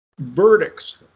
verdicts